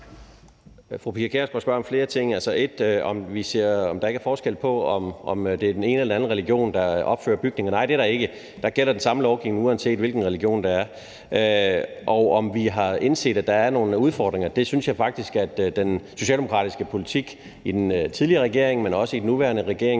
Fru Pia Kjærsgaard spørger om flere ting. Det første er, om der er forskel på, om det er den ene eller anden religion, der opfører bygninger. Nej, det er der ikke. Der gælder den samme lovgivning, uanset hvilken religion der er tale om. Det andet er, om vi har indset, at der er nogle udfordringer. Jeg synes faktisk, at den socialdemokratiske politik i den tidligere regering, men også i den nuværende